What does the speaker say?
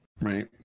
Right